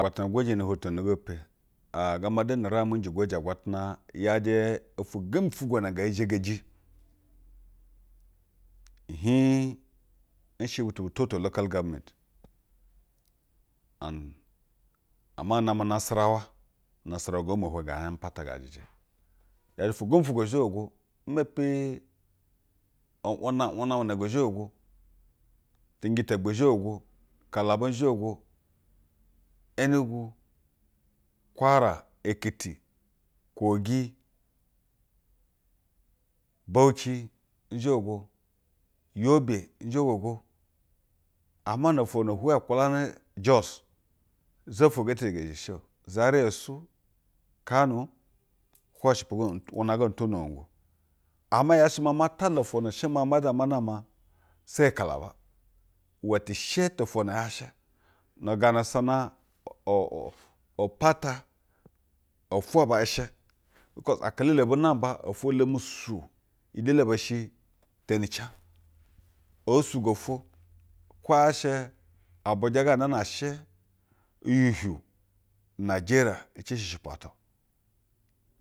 Ma pana agwatan a gwojɛ nu hetene go ompo. Njɛ gwoje agwatana yajɛ ofwo gembi ufwugwo na ngee xhegeji ihiig. Nshɛ bụtụ bu toto local government and, ama nɛ namɛ nasarawa unasarawa ngo mo ihurɛ ngaa pata ngaa jɛjɛ. Yajɛ ofwo gembi gwugwo ngoo zhogogo. Nmepi uuna una na ngoo zhogo. Cɛnjɛ ta egbwu nzhogo, kalaba nzhogo, enugu, kwara, ekiti, kogi, bauchi nzhogo. Yobe nzhogogo. Ama no ofwo na hwɛ nkumlamɛ, jos zafwo ngee te zhageji shi o. Zaria suu, kano. Hwɛ shɛ pwu ga, u una ga ntonogo. Ama yaa shɛ maa ma faca ofwo na shɛ maa ma zha ma nama seyi kalaba. Iwɛ ti shɛ to ofwo na yaa shɛ. Nu gaa na asana u upata ofwo aba i shɛ bikos ofwo elele abu nmaba ofwo lemi suu. Iyi elele ba shɛ teni cɛg oo sugo ofwo kwo yaa shɛ abuja ga naa na shɛ uhiuhɛu najeriya, e ci shi ushɛpwa ata.